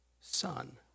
son